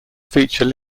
feature